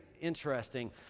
interesting